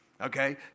Okay